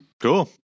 Cool